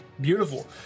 Beautiful